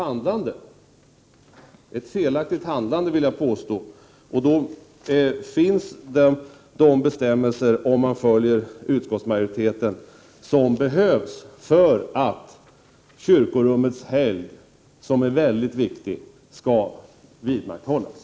Följer man utskottsmajoriteten finns ändå de bestämmelser som behövs för att kyrkorummets helgd, som är mycket viktig, skall vidmakthållas.